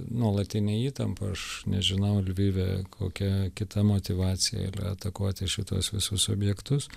nuolatinę įtampą aš nežinau lvive kokia kita motyvacija yra atakuoti šituos visus objektus